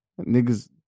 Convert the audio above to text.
niggas